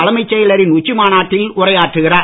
தலைமைச் செயலரின் உச்சி மாநாட்டில் உரையாற்றுகிறார்